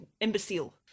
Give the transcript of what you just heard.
imbecile